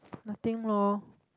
nothing loh